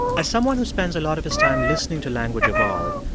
as someone who spends a lot of his time listening to language evolve,